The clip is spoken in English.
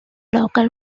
local